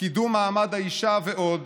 קידום מעמד האישה ועוד